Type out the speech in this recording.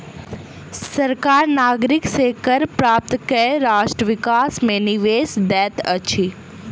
सरकार नागरिक से कर प्राप्त कय राष्ट्र विकास मे निवेश दैत अछि